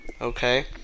okay